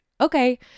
okay